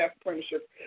apprenticeship